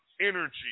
energy